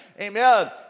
Amen